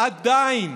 עדיין